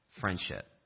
friendship